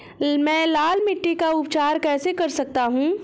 मैं लाल मिट्टी का उपचार कैसे कर सकता हूँ?